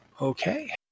Okay